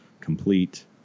complete